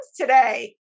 today